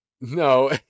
No